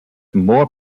more